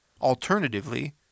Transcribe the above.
Alternatively